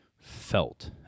felt